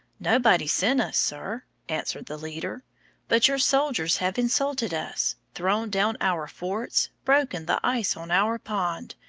nobody sent us, sir, answered the leader but your soldiers have insulted us, thrown down our forts, broken the ice on our pond,